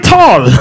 tall